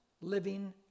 living